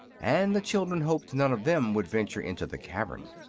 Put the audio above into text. and the children hoped none of them would venture into the cavern.